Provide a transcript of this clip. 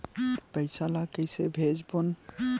पईसा ला कइसे भेजबोन?